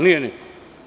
Nije niko.